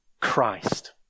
Christ